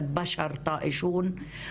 יש אנשים תועים פה,